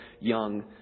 young